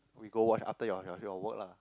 we go watch after your your your work lah